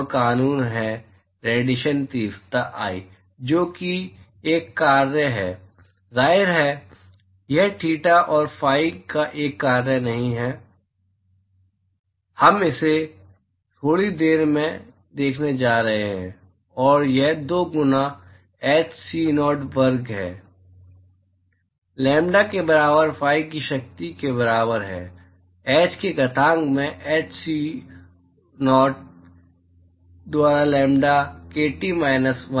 और कानून है रेडिएशन तीव्रता I जो कि एक कार्य है जाहिर है यह थीटा और फाइ का एक कार्य नहीं है हम इसे थोड़ी देर में देखने जा रहे हैं और यह 2 गुना h c0 वर्ग ब लैम्ब्डा के बराबर phi की शक्ति के बराबर है h के घातांक में h c0 द्वारा लैम्ब्डा केटी माइनस 1